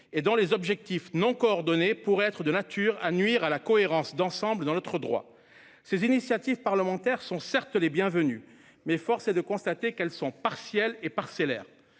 dont les objectifs non coordonnés pourraient être de nature à nuire à la cohérence d'ensemble de notre droit. Ces initiatives parlementaires sont certes les bienvenues, mais force est de constater qu'elles sont partielles et parcellaires.